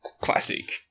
classic